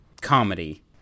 comedy